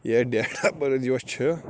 یہِ date of birth یوٚس چھِ